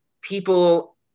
people